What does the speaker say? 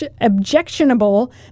objectionable